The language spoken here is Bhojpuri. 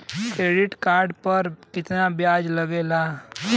क्रेडिट कार्ड पर कितना ब्याज लगेला?